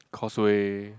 causeway